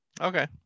Okay